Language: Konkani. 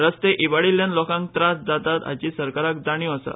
रस्ते इबाडिल्ल्यान लोकांक त्रास जातात हाची सरकाराक जाणीव आसा